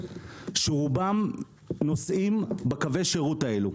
שרובם נוסעים בקווי השירות האלה.